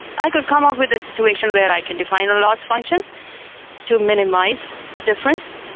i could come up with a situation where i can define a loss function to minimize the difference,